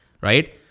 right